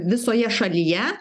visoje šalyje